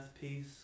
peace